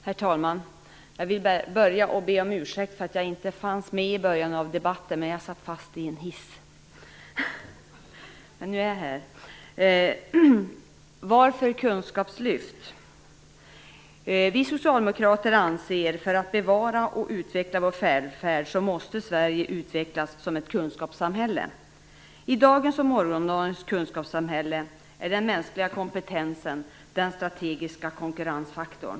Herr talman! Jag börjar med att be om ursäkt för att jag inte fanns med i början av debatten. Jag satt fast i en hiss, men nu är jag här. Varför behöver vi kunskapslyft? Vi socialdemokrater anser att för att bevara och utveckla vår välfärd måste Sverige utvecklas som ett kunskapssamhälle. I dagens och morgondagens kunskapssamhälle är den mänskliga kompetensen den strategiska konkurrensfaktorn.